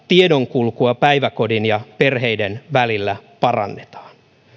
tiedonkulkua päiväkodin ja perheiden välillä parannetaan